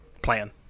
Plan